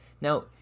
Now